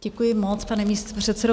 Děkuji moc, pane místopředsedo.